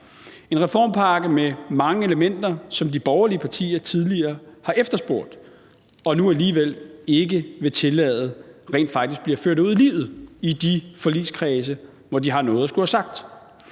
en reformpakke med mange elementer, som de borgerlige partier tidligere har efterspurgt og nu alligevel i de forligskredse, hvor de har noget at skulle have sagt,